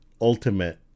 Ultimate